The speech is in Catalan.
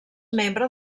membre